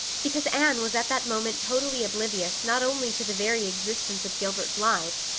because anne was at that moment totally oblivious not only to the very existence of gilbert blythe,